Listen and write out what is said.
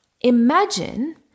imagine